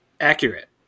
accurate